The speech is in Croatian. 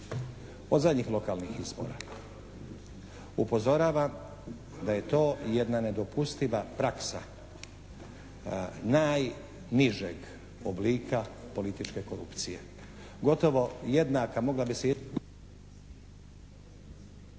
Od zadnjih lokalnih izbora upozorava da je to jedna nedopustiva praksa najnižeg oblika političke korupcije, gotovo jednaka, mogla bi se …